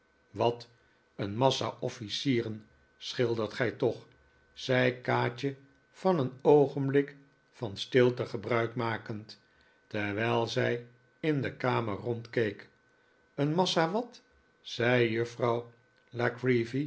wat een massa officieren schildert gij toch zei kaatje van een oogenblik van stilte gebruik makend terwijl zij in de kamer rondkeek een massa wat zei juffrouw